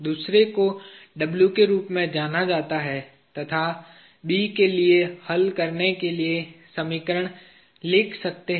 दूसरे को W के रूप में जाना जाता है तथा B के लिए हल करने के लिए समीकरण लिख सकते हैं